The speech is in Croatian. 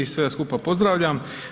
Sve vas skupa pozdravljam.